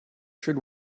should